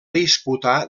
disputar